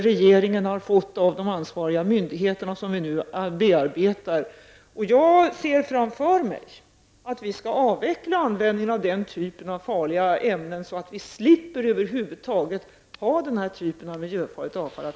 Regeringen har fått denna lista från de ansvariga myndigheterna, och vi bearbetar den nu. Jag ser framför mig att vi skall avveckla användningen av den typen av farliga ämnen, så att vi slipper att över huvud taget hantera den typen av miljöfarligt avfall.